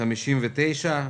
(מנויים), התשי"ט-1959.